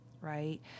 Right